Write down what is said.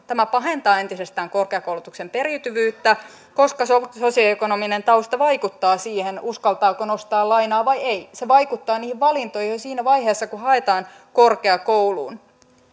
tämä pahentaa entisestään korkeakoulutuksen periytyvyyttä koska sosioekonominen tausta vaikuttaa siihen uskaltaako nostaa lainaa vai ei se vaikuttaa niihin valintoihin jo siinä vaiheessa kun haetaan korkeakouluun